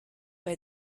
bei